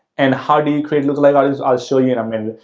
and how do you create lookalike audiences? i'll show you in i mean